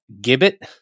gibbet